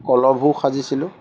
কলহবোৰ সাজিছিলোঁ